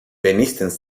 wenigstens